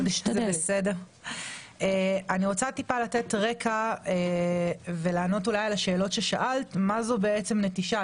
אני רוצה לתת רקע ולענות אולי על השאלות ששאלת מה זו בעצם נטישה.